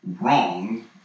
wrong